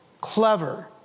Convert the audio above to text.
clever